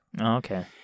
Okay